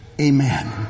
Amen